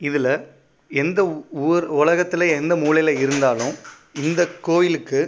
இதில் எந்த ஊர் உலகத்தில் எந்த மூலையில் இருந்தாலும் இந்த கோவிலுக்கு